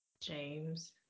James